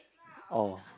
orh